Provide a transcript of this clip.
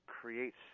creates